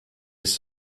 ist